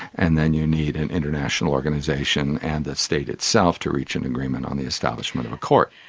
and then you need an international organisation and the state itself to reach an agreement on the establishment of a court.